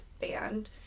band